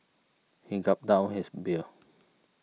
he gulped down his beer